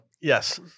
Yes